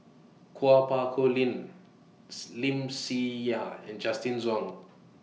Kuo Pao Kun Lim's Lim See Ya and Justin Zhuang